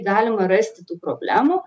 galima rasti tų problemų